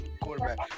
quarterback